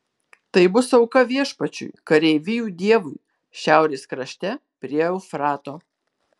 tai bus auka viešpačiui kareivijų dievui šiaurės krašte prie eufrato